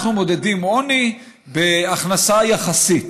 אנחנו מודדים עוני בהכנסה יחסית,